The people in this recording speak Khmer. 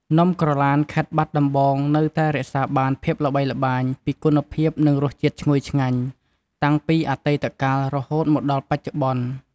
នំក្រឡានខេត្តបាត់ដំបងនៅតែរក្សាបានភាពល្បីល្បាញពីគុណភាពនិងរស់ជាតិឈ្ងុយឆ្ងាញ់ តាំងពីអតីត កាលរហូតមកដល់បច្ចុប្បន្ន។